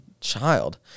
child